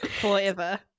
forever